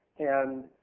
and